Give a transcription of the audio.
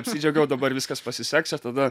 apsidžiaugiau dabar viskas pasiseks čia tada